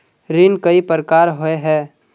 ऋण कई प्रकार होए है?